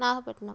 Nagapattinam